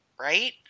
right